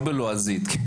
לא בלועזית...